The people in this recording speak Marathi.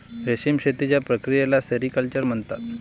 रेशीम शेतीच्या प्रक्रियेला सेरिक्चर म्हणतात